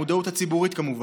המודעות הציבורית, כמובן.